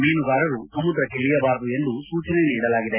ಮೀನುಗಾರರು ಸಮುದ್ರಕ್ಕೆ ಇಳಿಯಬಾರದು ಎಂದು ಸೂಚನೆ ನೀಡಿದೆ